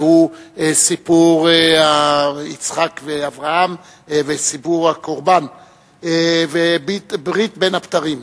והוא סיפור יצחק ואברהם וסיפור הקורבן וברית בין-הבתרים.